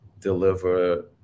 deliver